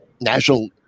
National